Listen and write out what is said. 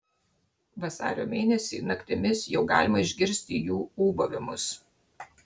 vasario mėnesį naktimis jau galima išgirsti jų ūbavimus